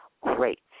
great